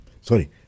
sorry